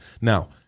Now